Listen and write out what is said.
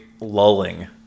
lulling